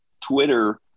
Twitter